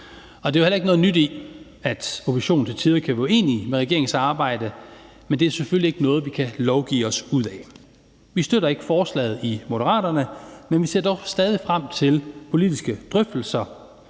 der er jo heller ikke noget nyt i, at oppositionen til tider kan være uenig med regeringens arbejde, men det er selvfølgelig ikke noget, vi kan lovgive os ud af. I Moderaterne støtter vi ikke forslaget, men vi ser dog stadig frem til politiske drøftelser,